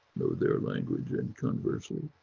know their language and conversely,